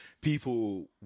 people